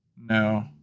No